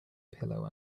pillow